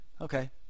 Okay